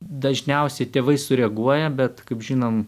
dažniausiai tėvai sureaguoja bet kaip žinome